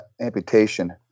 amputation